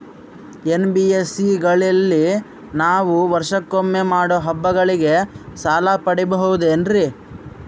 NBSC ಗಳಲ್ಲಿ ನಾವು ವರ್ಷಕೊಮ್ಮೆ ಮಾಡೋ ಹಬ್ಬಗಳಿಗೆ ಸಾಲ ಪಡೆಯಬಹುದೇನ್ರಿ?